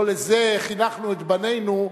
לא לזה חינכנו את בנינו,